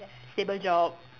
stable job